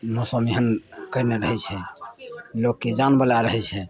मौसम एहन कयने रहै छै लोककेँ जान बलाए रहै छै